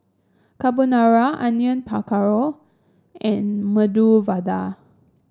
Carbonara Onion Pakora and Medu Vada